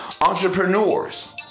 entrepreneurs